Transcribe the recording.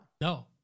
No